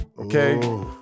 Okay